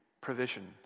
provision